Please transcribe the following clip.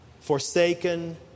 forsaken